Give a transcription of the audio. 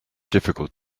difficult